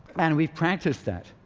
and we've practiced that.